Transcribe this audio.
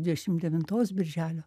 dvidešim devintos birželio